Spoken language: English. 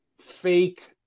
fake